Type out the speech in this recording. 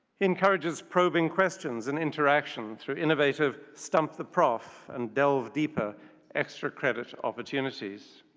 encourages probing questions and interaction through innovative stump the prof and delve deeper extra credit opportunities.